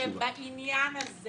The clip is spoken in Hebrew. אני חושבת שבעניין הזה